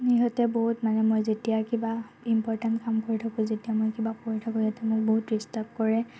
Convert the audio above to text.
ইহঁতে বহুত মানে মই যেতিয়া কিবা ইমপৰ্টেণ্ট কাম কৰি থাকোঁ যেতিয়া মই কিবা কৰি থাকোঁ ইহঁতে মোক বহুত ডিৰ্ষ্টাব কৰে